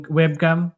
webcam